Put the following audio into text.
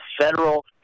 federal